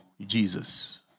Jesus